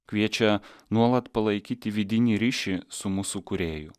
kviečia nuolat palaikyti vidinį ryšį su mūsų kūrėju